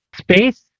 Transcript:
space